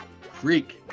Freak